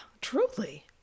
truly